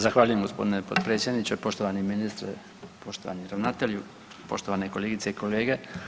Zahvaljujem gospodine potpredsjedniče, poštovani ministre, poštovani ravnatelju, poštovane kolegice i kolege.